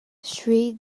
shri